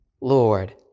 Lord